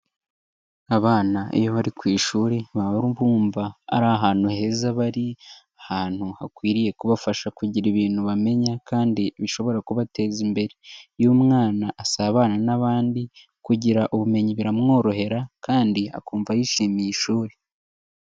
Abana iyo bari ku ishuri baba bumva ari ahantu heza bari, ahantu hakwiriye kubafasha kugira ibintu bamenya kandi bishobora kubateza imbere, iyo umwana asabana n'abandi kugira ubumenyi biramworohera kandi akumva yishimiye ishuri.